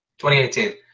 2018